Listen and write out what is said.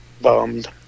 bummed